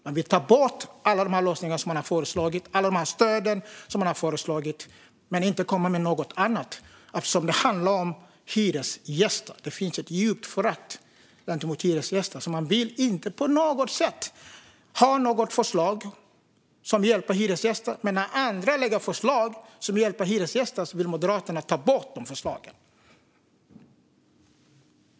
Man vill ta bort alla de lösningar som har föreslagits och alla de stöd som har föreslagits, men man kommer inte med något annat. Det finns nämligen ett djupt förakt för hyresgäster, så man vill inte på något sätt ha förslag som hjälper hyresgäster. När andra lägger fram förslag som hjälper hyresgäster vill Moderaterna ta bort de förslagen.